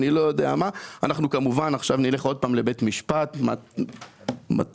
נלך עוד הפעם לבית המשפט כי מטריחים